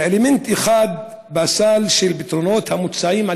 כאלמנט אחד בסל של פתרונות המוצעים על